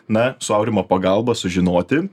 na su aurimo pagalba sužinoti